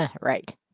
Right